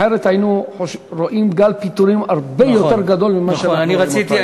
אחרת היינו רואים גל פיטורין הרבה יותר גדול ממה שאנחנו רואים היום.